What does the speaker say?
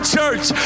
church